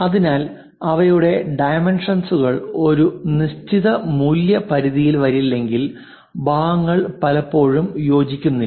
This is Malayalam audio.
അതിനാൽ അവയുടെ ഡൈമെൻഷൻസ്കൾ ഒരു നിശ്ചിത മൂല്യ പരിധിയിൽ വരില്ലെങ്കിൽ ഭാഗങ്ങൾ പലപ്പോഴും യോജിക്കുന്നില്ല